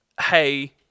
hey